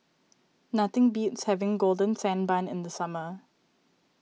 nothing beats having Golden Sand Bun in the summer